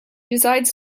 decides